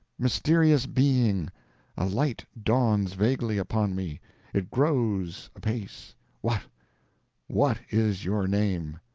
mysterious being, a light dawns vaguely upon me it grows apace what what is your name.